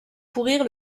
pourrir